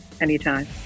anytime